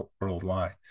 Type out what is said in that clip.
worldwide